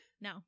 No